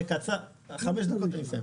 זה קצר, חמש דקות.